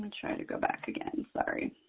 to go back again. sorry.